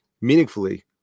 meaningfully